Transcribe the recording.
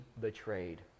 betrayed